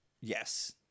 yes